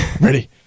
Ready